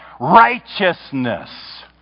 righteousness